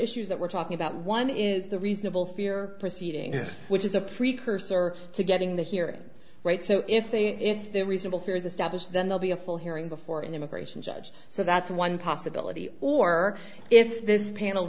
issues that we're talking about one is the reasonable fear proceeding which is a precursor to getting the hear right so if they if they're reasonable fair is established then they'll be a full hearing before an immigration judge so that's one possibility or if this panel